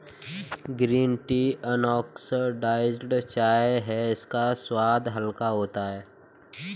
green tea unoxidised चाय है इसका स्वाद हल्का होता है